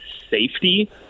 safety